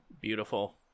Beautiful